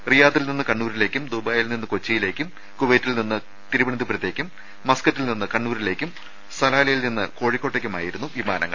റിയാദിൽ നിന്ന് കണ്ണൂരിലേക്കും ദുബായിയിൽ നിന്ന് കൊച്ചിയിലേക്കും കുവൈറ്റിൽ നിന്ന് തിരുവനന്തപുരത്തേക്കും മസ്ക്കറ്റിൽ നിന്ന് കണ്ണൂരിലേക്കും സലാലയിൽ നിന്ന് കോഴിക്കോട്ടേക്കുമായിരുന്നു വിമാനങ്ങൾ